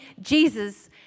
Jesus